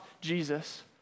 Jesus